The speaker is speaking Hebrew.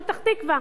פתח-תקווה,